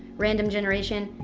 random generation,